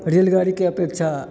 रेलगाड़ीके अपेक्षा